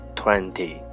twenty